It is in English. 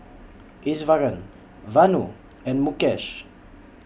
Iswaran Vanu and Mukesh